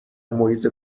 محیط